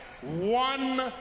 one